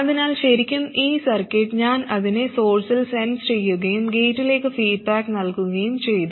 അതിനാൽ ശരിക്കും ഈ സർക്യൂട്ട് ഞാൻ അതിനെ സോഴ്സിൽ സെൻസ് ചെയ്യുകയും ഗേറ്റിലേക്ക് ഫീഡ്ബാക്ക് നൽകുകയും ചെയ്തു